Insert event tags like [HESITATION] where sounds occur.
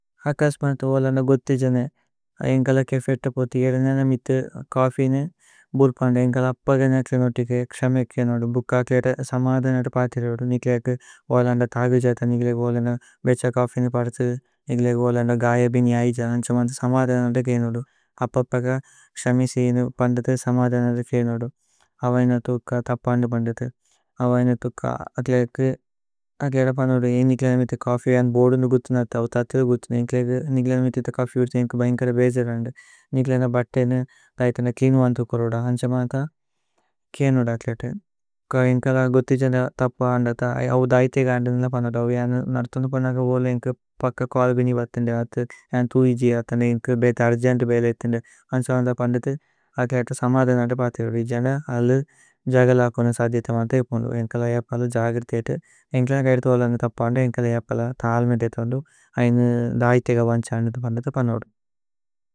ഹക്കസ്മനത് ഓലന്ദ ഗുഥി ജനേ, ഏന്കല കേഫേത്। പോതി ഏദന മിതു, കഫിനേ ബുര്പന്ദ ഏന്കല അപ്പഗ। നേക്ല നോതിക്, ക്സമേ കേനോദു, ബുക്ക അക്ലേത। സമധനത പര്തേര ഓദു നിക്ലേഅക് ഓലന്ദ തഗു। ജത നിക്ലേഅക് ഓലന്ദ ബേഛ കഫിനേ പര്ത നിക്ലേഅക്। ഓലന്ദ ഗയ ബിനി ഐജ അന്സമന്ത സമധനത। കേനോദു അപ്പപഗ ക്സമേ സേഇന പന്ദിത സമധനത। കേനോദു അവൈന ഥുക്ക തപന്ദു പന്ദിത അവൈന। ഥുക്ക അക്ലേത അക്ലേത പനോദു ഏന് നിക്ലേഅന മിതു। കഫി ജന് ബോദുന്ദു ഗുഥു നത്ത തത്ര ഗുഥു ഏന്ക്ലേഅഗു। നിക്ലേഅന മിതു കഫി ബിത ഏന്കു ബൈന്കര ബേജ। ജതന്ദു നിക്ലേഅന ബതേന ദൈതന കിനോ അന്തുകോരുദ। അന്സമന്ത കേനോദു അക്ലേത ഭുക്ക ഏന്കല ഗുഥി ജന। തപു ആന്ദത അവു ദൈതേ ഗാന്ദു നില। [HESITATION] പനോദൌ ഏന്കു നര്ഥോന്ദു പോനഗ ബോലേ ഏന്കു പക്ക। കോഅല ബിനി ബതിന്ദ അന്തു ഉജി ജതന്ദ ഏന്കു ബേത। അര്ജന്ദ ബേല ജതിന്ദ അന്സമന്ത പന്ദിത അക്ലേത। സമധനത പര്തേര ഓദു ജന അലു ജഗല। പോന സധിയത മന്ത, ഏന്കല ജഗല പനോദു।